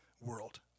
world